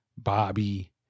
Bobby